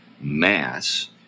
mass